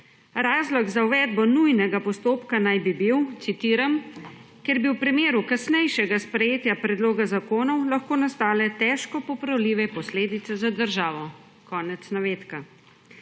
Razlog za uvedbo nujnega postopka naj bi bil, citiram, »ker bi v primeru kasnejšega sprejetja predloga zakonov lahko nastale težko popravljive posledice za državo«. Konec navedka.